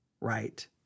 right